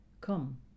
come